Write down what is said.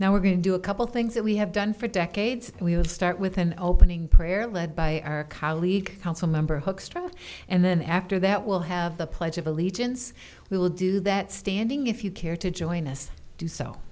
now we're going to do a couple things that we have done for decades and we'll start with an opening prayer led by our colleague council member hoekstra and then after that we'll have the pledge of allegiance we will do that standing if you care to join us do s